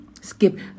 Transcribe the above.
Skip